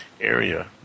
area